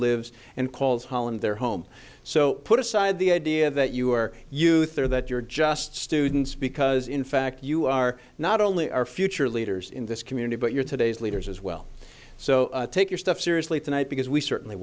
holland their home so put aside the idea that you are youth or that you're just students because in fact you are not only our future leaders in this community but your today's leaders as well so take your stuff seriously tonight because we certainly